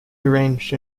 arranged